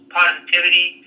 positivity